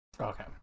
Okay